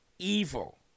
Evil